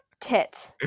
tit